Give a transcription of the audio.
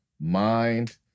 Mind